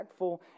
impactful